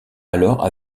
alors